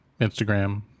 instagram